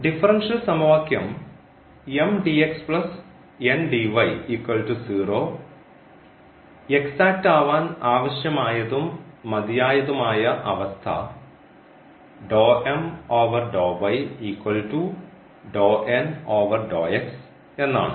differential സമവാക്യം exact ആവാൻ ആവശ്യമായതും മതിയായതുമായ അവസ്ഥ എന്നാണ്